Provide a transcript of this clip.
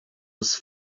was